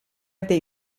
dei